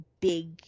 big